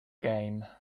game